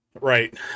Right